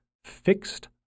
Fixed